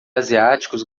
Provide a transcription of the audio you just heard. asiáticos